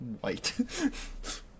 white